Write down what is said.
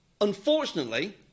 Unfortunately